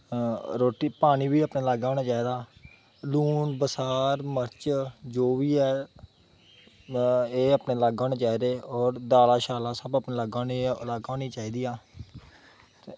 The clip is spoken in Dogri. रोटी पानी बी अपने लाग्गै होना चाहिदा लून बसार मर्च जो बी ऐ एह् अपने लाग्गै होने चाहिदे होर दालां शालां सब अपने लाग्गै होनी चाहिदियां